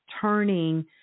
turning